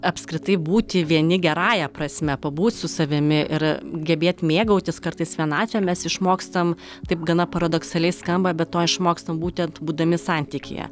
apskritai būti vieni gerąja prasme pabūt su savimi ir gebėt mėgautis kartais vienatve mes išmokstam taip gana paradoksaliai skamba bet to išmokstam būtent būdami santykyje